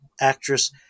actress